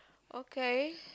okay